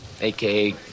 aka